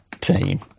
team